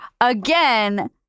again